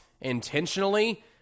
intentionally